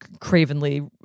cravenly